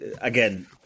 again